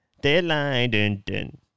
Deadline